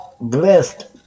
blessed